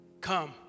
come